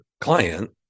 client